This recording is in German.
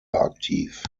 aktiv